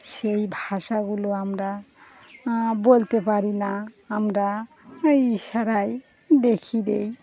সেই ভাষাগুলো আমরা বলতে পারি না আমরা ইশারায় দেখয়ে দিই